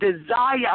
desire